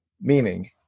Meaning